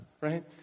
right